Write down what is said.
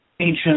ancient